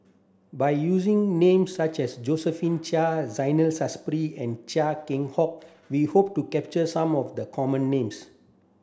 by using names such as Josephine Chia Zainal Sapari and Chia Keng Hock we hope to capture some of the common names